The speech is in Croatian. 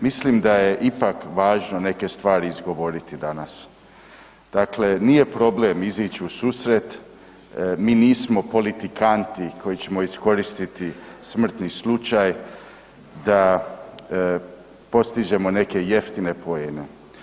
Mislim da je ipak važno neke stvari izgovoriti danas, dakle nije problem izići u susret, mi nismo politikanti koji ćemo iskoristiti smrtni slučaj da postižemo neke jeftine poene.